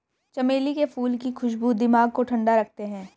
चमेली के फूल की खुशबू दिमाग को ठंडा रखते हैं